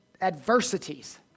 adversities